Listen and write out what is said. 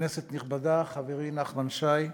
כנסת נכבדה, חברי נחמן שי,